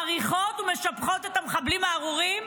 מעריכות ומשבחות את המחבלים הארורים?